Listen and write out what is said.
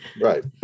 right